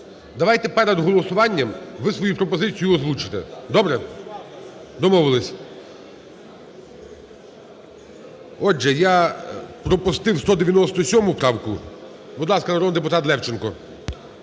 Давайте перед голосуванням ви свою пропозицію озвучите. Добре? Домовились. Отже, я пропустив 197 правку. Будь ласка, народний депутат Левченко.